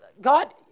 God